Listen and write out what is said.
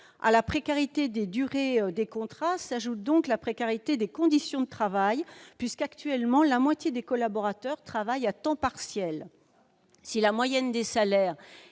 À la précarité des durées de contrats s'ajoute la précarité des conditions de travail, puisque la moitié des collaborateurs travaille à temps partiel. Si la moyenne des salaires